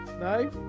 No